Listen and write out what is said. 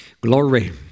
Glory